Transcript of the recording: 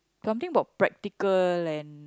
something about practical and